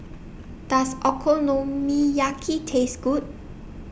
Does Okonomiyaki Taste Good